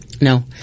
No